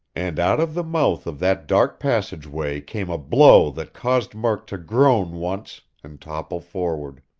and out of the mouth of that dark passageway came a blow that caused murk to groan once and topple forward.